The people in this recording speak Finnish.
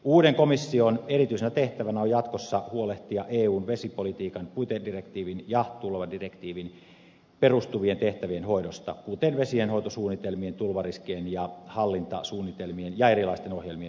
uuden komission erityisenä tehtävänä on jatkossa huolehtia eun vesipolitiikan puitedirektiiviin ja tulvadirektiiviin perustuvien tehtävien hoidosta kuten vesienhoitosuunnitelmien tulvariskien ja hallintasuunnitelmien ja erilaisten ohjelmien yhteensovittamisesta